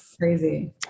Crazy